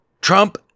Trump